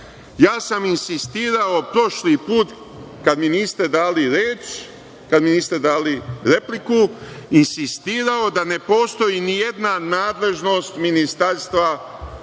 kada mi niste dali reč, kada mi niste dali repliku, da ne postoji ni jedna nadležnost ministarstva